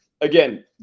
again